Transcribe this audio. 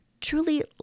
truly